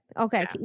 okay